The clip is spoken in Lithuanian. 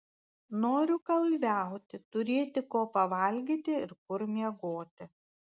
noriu kalviauti turėti ko pavalgyti ir kur miegoti